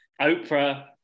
Oprah